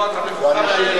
ואנשים,